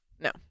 No